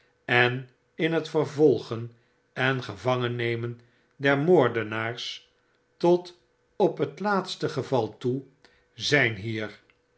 en in het vervolgen en gevangennemen der moordenaars tot op het laatste geval toe zijn hier